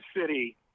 city